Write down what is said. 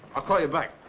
i'll call you back.